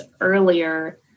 earlier